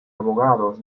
abogados